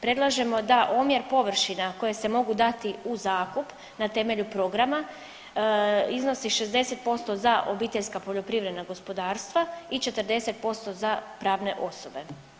Predlažemo da omjer površina koje se mogu dati u zakup na temelju programa iznosi 60% za obiteljska poljoprivredna gospodarstva i 40% za pravne osobe.